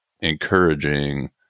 encouraging